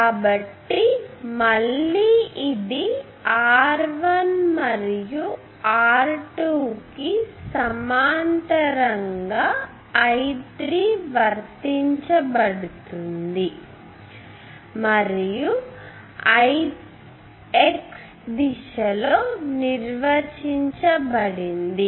కాబట్టి మళ్ళీ ఇది R1 మరియు R2 కి సమాంతరంగా I3 వర్తించబడుతుంది మరియు Ix దిశలో నిర్వచించబడింది